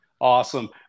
Awesome